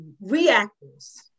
reactors